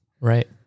Right